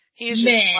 Men